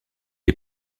est